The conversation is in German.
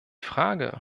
frage